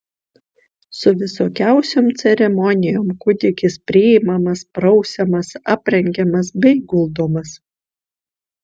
su visokiausiom ceremonijom kūdikis priimamas prausiamas aprengiamas bei guldomas